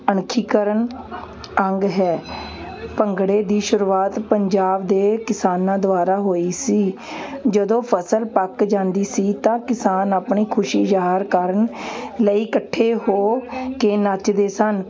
ਅਣਖੀਕਰਨ ਅੰਗ ਹੈ ਭੰਗੜੇ ਦੀ ਸ਼ੁਰੂਆਤ ਪੰਜਾਬ ਦੇ ਕਿਸਾਨਾਂ ਦੁਆਰਾ ਹੋਈ ਸੀ ਜਦੋਂ ਫ਼ਸਲ ਪੱਕ ਜਾਂਦੀ ਸੀ ਤਾਂ ਕਿਸਾਨ ਆਪਣੀ ਖੁਸ਼ੀ ਜਾਹਰ ਕਰਨ ਲਈ ਇਕੱਠੇ ਹੋ ਕੇ ਨੱਚਦੇ ਸਨ